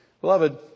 Beloved